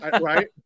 Right